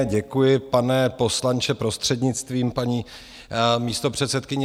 Děkuji, pane poslanče, prostřednictvím paní místopředsedkyně.